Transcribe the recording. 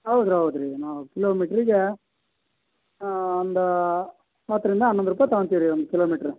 ಹೌದ್ರ್ ಹೌದ್ ರೀ ನಾವು ಕಿಲೋಮೀಟ್ರಿಗೇ ಒಂದು ಹತ್ತರಿಂದ ಹನ್ನೊಂದು ರೂಪಾಯಿ ತಗೋಂತಿವಿ ರೀ ಒಂದು ಕಿಲೋಮೀಟ್ರ್